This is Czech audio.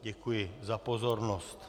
Děkuji za pozornost.